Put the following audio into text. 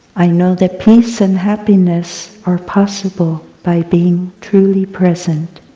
i know that peace and happiness are possible by being truly present.